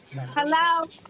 Hello